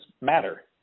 matter